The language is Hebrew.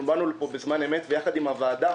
באנו לפה בזמן אמת ויחד עם הוועדה